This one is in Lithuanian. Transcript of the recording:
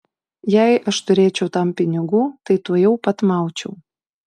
jei aš turėčiau tam pinigų tai tuojau pat maučiau